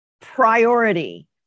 priority